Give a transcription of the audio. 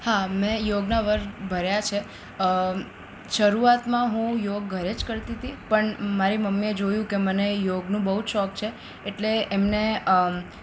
હા મેં યોગના વર્ગ ભર્યા છે શરૂઆતમાં હું યોગ ઘરે જ કરતી હતી પણ મારી મમ્મીએ જોયું કે મને યોગનું બહુ જ શોખ છે એટલે એમણે